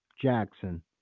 Jackson